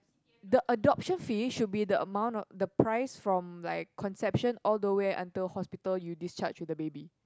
the adoption fee should be the amount of the price from like conception all the way until hospital you discharge with the baby